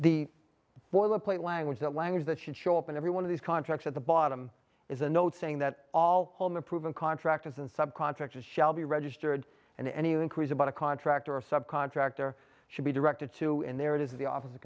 the boilerplate language that language that should show up in every one of these contracts at the bottom is a note saying that all home improvement contractors and subcontractors shall be registered and any inquiries about a contractor or sub contractor should be directed to and there it is the office